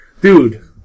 dude